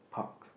park